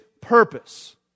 purpose